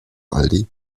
aldi